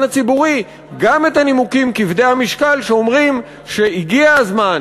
הציבורי גם את הנימוקים כבדי המשקל שאומרים שהגיע הזמן